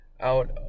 out